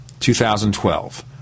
2012